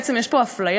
בעצם יש פה אפליה,